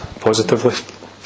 positively